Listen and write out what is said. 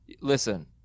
Listen